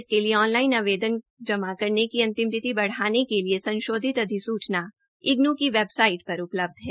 इसके लिए ऑनलाइन आवेदन जमा करने की अंतिम तिथि बढाने के लिए संशोधित अधिसुचना इग्न की वेबसाईट पर उपलब्ध है